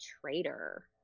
traitor